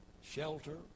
shelter